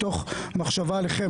מתוך מחשבה עליכם,